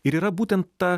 ir yra būtent ta